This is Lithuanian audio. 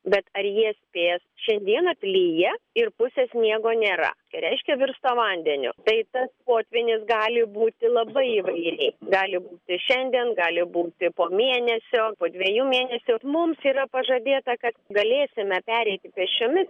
bet ar jie spės šiandieną lyja ir pusės sniego nėra reiškia virsta vandeniu tai tas potvynis gali būti labai įvairiai gali būti šiandien gali būti po mėnesio po dviejų mėnesių mums yra pažadėta kad galėsime pereiti pėsčiomis